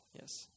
Yes